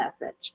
message